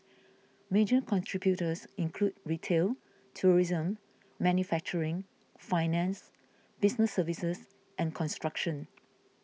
major contributors include retail tourism manufacturing finance business services and construction